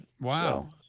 Wow